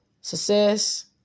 success